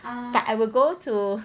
but I will go to